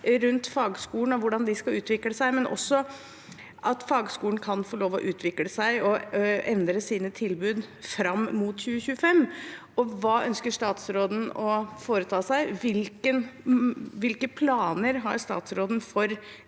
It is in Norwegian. rundt fagskolene og hvordan de skal utvikle seg, og også at fagskolen kan få lov til å utvikle seg og endre sine tilbud fram mot 2025. Hva ønsker statsråden å foreta seg? Hvilke planer har statsråden for